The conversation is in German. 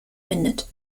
findet